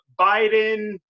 Biden